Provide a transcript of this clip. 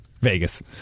Vegas